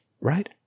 right